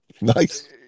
Nice